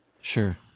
Sure